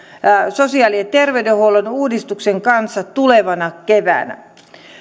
sosiaali ja terveydenhuollon uudistuksen kanssa tulevana keväänä